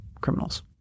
criminals